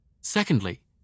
Secondly